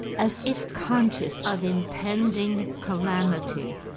as if conscious of impending calamity,